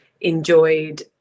enjoyed